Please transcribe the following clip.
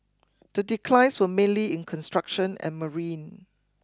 the declines were mainly in construction and marine